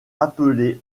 appelé